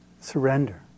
surrender